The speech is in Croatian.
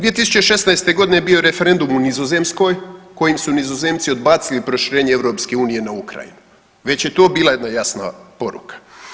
2016. godine bio je referendum u Nizozemskoj kojim su Nizozemci odbacili proširenje EU na Ukrajinu već je to bila jedna jasna poruka.